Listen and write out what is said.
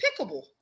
pickable